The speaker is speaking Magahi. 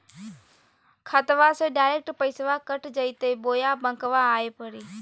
खाताबा से डायरेक्ट पैसबा कट जयते बोया बंकबा आए परी?